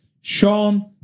Sean